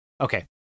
Okay